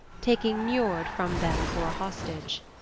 taking niord from them for a hostage.